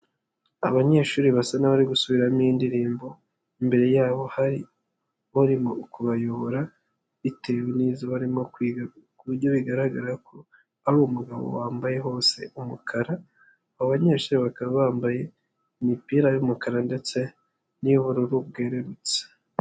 Abanyeshuri basa n'abari gusubiramo indirimbo, imbere yabo hari urimo kubayobora, bitewe n'izuba barimo kwiga ku buryo bigaragara ko ari umugabo wambaye hose umukara, abanyeshuri bakaba bambaye imipira y'umukara ndetse n'iy'ubururu bwererutse.